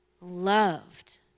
loved